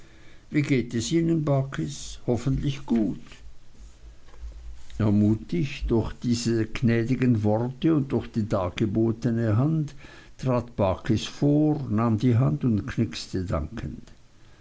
wie geht es ihnen barkis hoffentlich gut ermutigt durch diese gnädigen worte und durch die dargebotene hand trat barkis vor nahm die hand und knixte dankend